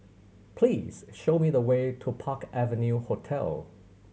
please show me the way to Park Avenue Hotel